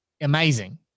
amazing